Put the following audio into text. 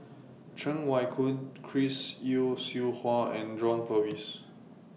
Cheng Wai Keung Chris Yeo Siew Hua and John Purvis